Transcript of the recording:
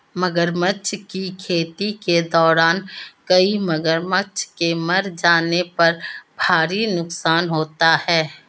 मगरमच्छ की खेती के दौरान कई मगरमच्छ के मर जाने पर भारी नुकसान होता है